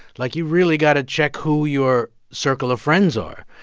like, you really got to check who your circle of friends are,